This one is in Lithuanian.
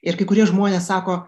ir kai kurie žmonės sako